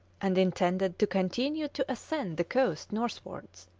and intended to continue to ascend the coast northwards,